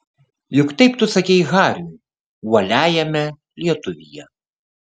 juk taip tu sakei hariui uoliajame lietuvyje